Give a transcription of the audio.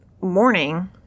morning